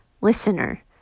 listener